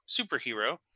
Superhero